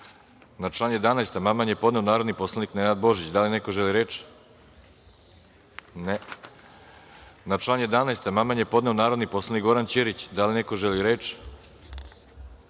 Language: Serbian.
lan 11. amandman je podneo narodni poslanik Nenad Božić. Da li neko želi reč? (Ne)Na lan 11. amandman je podneo narodni poslanik Goran Ćirić. Da li neko želi reč?